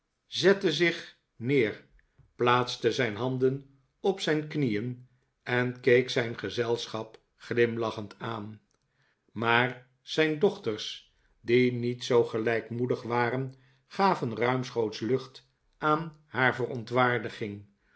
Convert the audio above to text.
zette zich neer plaatste zijn handen op zijn knieen en keek zijn gezelschap glimlachend aan maar zijn dochters die niet zoo gelijkmoedig waren gaven ruimschoots lucht aan haar verontwaardiging